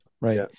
right